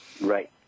Right